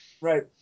Right